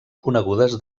conegudes